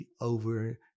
over